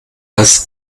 das